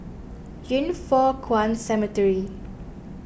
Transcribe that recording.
Yin Foh Kuan Cemetery